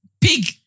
Pig